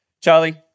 Charlie